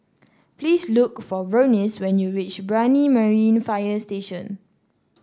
please look for Vernice when you reach Brani Marine Fire Station